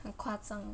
很夸张